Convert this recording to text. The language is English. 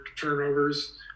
turnovers